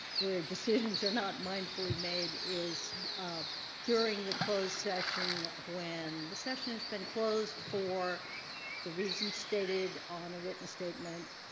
where decisions are not mindfully made is um during the closed session when the session is been closed for the reasons stated on a written statement. statement.